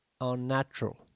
unnatural